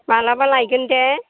मालाबा लायगोन दे